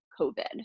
COVID